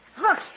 Look